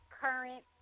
current